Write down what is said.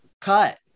cut